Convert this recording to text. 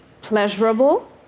pleasurable